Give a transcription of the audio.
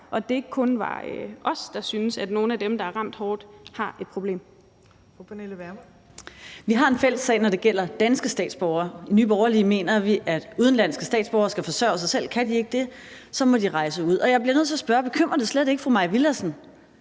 Fru Pernille Vermund. Kl. 15:19 Pernille Vermund (NB): Vi har en fælles sag, når det gælder danske statsborgere. I Nye Borgerlige mener vi, at udenlandske statsborgere skal forsørge sig selv, og kan de ikke det, må de rejse ud. Og jeg bliver nødt til at spørge: Bekymrer det slet ikke fru Mai Villadsen,